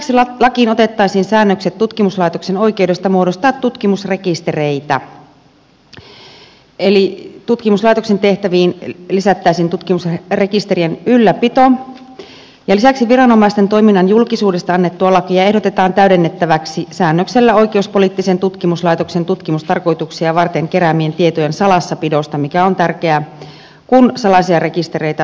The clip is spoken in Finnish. lisäksi lakiin otettaisiin säännökset tutkimuslaitoksen oikeudesta muodostaa tutkimusrekistereitä eli tutkimuslaitoksen tehtäviin lisättäisiin tutkimusrekisterien ylläpito ja lisäksi viranomaisten toiminnan julkisuudesta annettua lakia ehdotetaan täydennettäväksi säännöksellä oikeuspoliittisen tutkimuslaitoksen tutkimustarkoituksia varten keräämien tietojen salassapidosta mikä on tärkeää kun salaisia rekistereitä luovutetaan